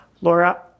Laura